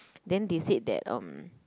then they said that um